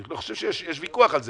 אני לא חושב שיש ויכוח על זה,